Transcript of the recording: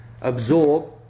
absorb